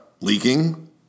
leaking